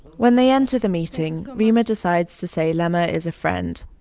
when they enter the meeting, reema decides to say lama is a friend.